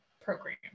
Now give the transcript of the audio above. program